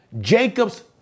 Jacob's